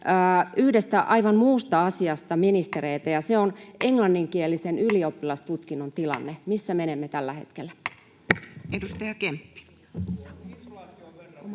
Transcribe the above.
yhdestä aivan muusta asiasta ministereiltä, ja se on englanninkielisen ylioppilastutkinnon tilanne. Missä menemme tällä hetkellä? Edustaja Kemppi.